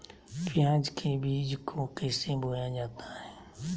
प्याज के बीज को कैसे बोया जाता है?